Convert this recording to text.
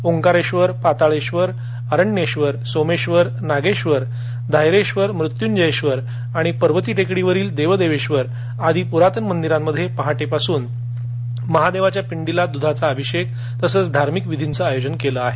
ओंकारेश्वर पाताळेश्वर अरण्येश्वर सोमेश्वर नागेश्वर धायरेश्वर मृत्यूंजयेश्वरआणि पर्वती टेकडीवरील देवदेवेश्वरआदी पुरातन मंदिरांत पहाटेपासूनमहादेवाच्या पिंडीस दुधाचा अभिषेक तसच धार्मिक विधी आयोजिले होते